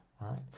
right